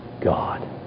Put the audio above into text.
God